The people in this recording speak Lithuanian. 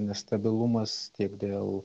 nestabilumas tiek dėl